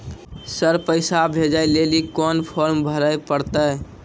Sir पैसा भेजै लेली कोन फॉर्म भरे परतै?